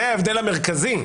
זה ההבדל המרכזי.